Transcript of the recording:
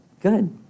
good